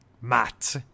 Matt